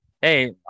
Hey